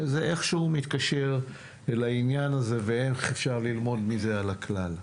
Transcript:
זה איכשהו מתקשר לעניין הזה ואיך אפשר ללמוד מזה על הכלל?